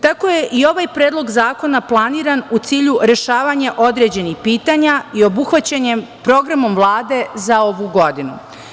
Tako je i ovaj predlog zakona planiran u cilju rešavanju određenih pitanja i obuhvaćen je Programom Vlade za ovu godinu.